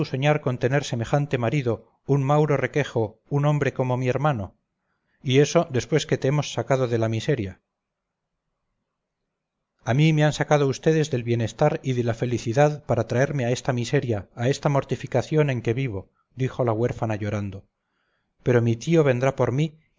soñar con tener semejante marido un mauro requejo un hombre como mi hermano y eso después que te hemos sacado de la miseria a mí me han sacado vds del bienestar y de la felicidad para traerme a esta miseria a esta mortificaciónen que vivo dijo la huérfana llorando pero mi tío vendrá por mí